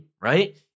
right